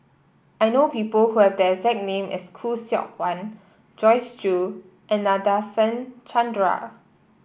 I know people who have the exact name as Khoo Seok Wan Joyce Jue and Nadasen Chandra